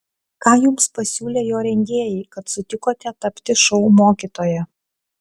ką jums pasiūlė jo rengėjai kad sutikote tapti šou mokytoja